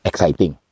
Exciting